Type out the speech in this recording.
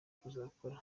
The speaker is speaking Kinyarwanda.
kuzakora